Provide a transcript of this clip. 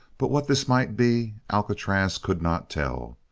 but what this might be alcatraz could not tell.